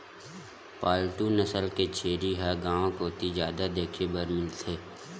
पालतू नसल के छेरी ह गांव कोती जादा देखे बर मिलथे